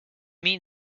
mean